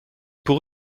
pour